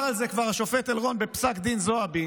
כבר אמר על זה השופט אלרון בפסק דין זועבי: